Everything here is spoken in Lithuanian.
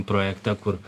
projekte kur